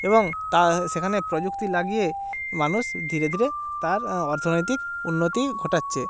এবং তা সেখানে প্রযুক্তি লাগিয়ে মানুষ ধীরে ধীরে তার অর্থনৈতিক উন্নতি ঘটাচ্ছে